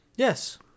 Yes